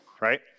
right